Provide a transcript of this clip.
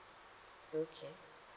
okay